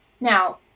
Now